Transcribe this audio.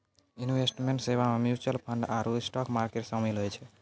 investment सेबा मे mutual fund आरु स्टाक मार्केट शामिल होय छै